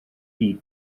byd